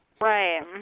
right